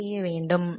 என்ன செய்ய வேண்டும்